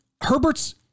Herbert's